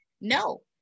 no